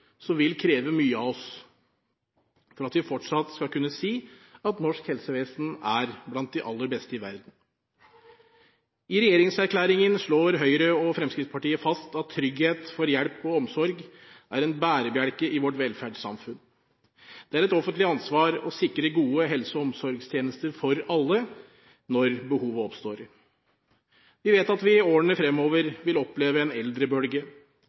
vil kreve mye av oss for at vi fortsatt skal kunne si at norsk helsevesen er blant de aller beste i verden. I regjeringserklæringen slår Høyre og Fremskrittspartiet fast at trygghet for hjelp og omsorg er en bærebjelke i vårt velferdssamfunn. Det er et offentlig ansvar å sikre gode helse- og omsorgstjenester for alle når behovet oppstår. Vi vet at vi i årene fremover vil oppleve en eldrebølge.